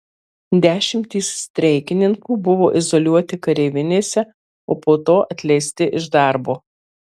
dešimtys streikininkų buvo izoliuoti kareivinėse o po to atleisti iš darbo